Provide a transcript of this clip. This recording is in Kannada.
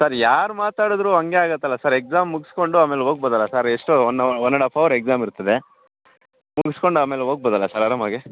ಸರ್ ಯಾರು ಮಾತಾಡ್ದ್ರು ಹಂಗೆ ಆಗತಲ್ಲ ಸರ್ ಎಕ್ಸಾಮ್ ಮುಗ್ಸ್ಕೊಂಡು ಆಮೇಲೆ ಹೋಗ್ಬೋದಲ ಸರ್ ಎಷ್ಟೋ one one and half hour exam ಇರ್ತದೆ ಮುಗುಸ್ಕೊಂಡು ಆಮೇಲೆ ಹೋಗ್ಬೋದಲ ಸರ್ ಅರಾಮಾಗೆ